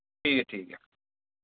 ठीक ऐ ठीक ऐ